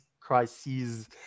crises